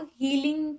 healing